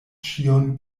ĉion